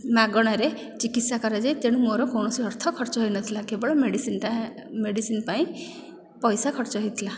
ମାଗଣାରେ ଚିକିତ୍ସା କରାଯାଏ ତେଣୁ ମୋର କୌଣସି ଅର୍ଥ ଖର୍ଚ୍ଚ ହୋଇନଥିଲା କେବଳ ମେଡ଼ିସିନଟା ମେଡ଼ିସିନ୍ ପାଇଁ ପଇସା ଖର୍ଚ୍ଚ ହୋଇଥିଲା